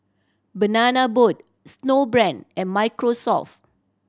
Banana Boat Snowbrand and Microsoft